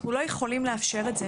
אנחנו לא יכולים לאפשר את זה,